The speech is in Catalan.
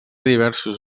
diversos